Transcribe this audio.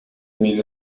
mil